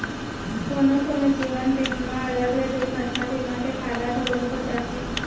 कोनो कोनो जीवन बीमा म अलग ले दुरघटना बीमा के फायदा घलौ हो जाथे